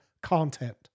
content